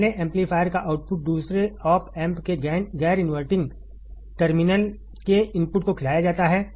पहले एम्पलीफायर का आउटपुट दूसरे आप एम्प के गैर इनवर्टिंग टर्मिनल के इनपुट को खिलाया जाता है